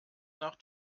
nach